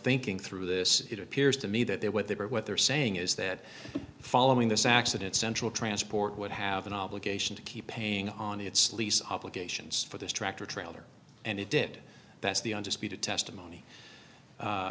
thinking through this it appears to me that they what they were what they're saying is that following this accident central transport would have an obligation to keep paying on its lease obligations for this tractor trailer and it did that's the undisputed testimony